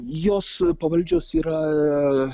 jos pavaldžios yra